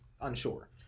unsure